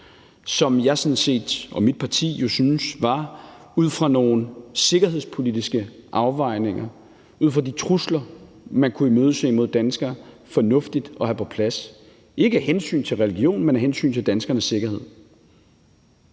synes jeg og mit parti jo sådan set ud fra nogle sikkerhedspolitiske afvejninger og ud fra de trusler, man kunne imødese, mod danskere, var fornuftigt at have på plads, ikke af hensyn til religion, men af hensyn til danskernes sikkerhed.